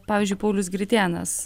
pavyzdžiui paulius gritėnas